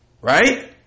Right